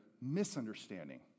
misunderstanding